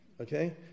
Okay